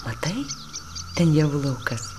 matai ten javų laukas